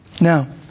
now